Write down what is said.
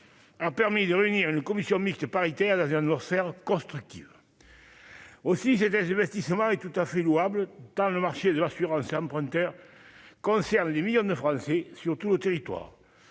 A permis de réunir une commission mixte paritaire dans un adversaire constructive aussi j'ai des investissements et tout à fait louable dans le marché de l'assurance emprunteur concerne des millions de Français sur tout le territoire,